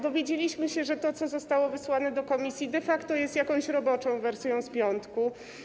Dowiedzieliśmy się, że to, co zostało wysłane do komisji, jest jakąś roboczą wersją z piątku.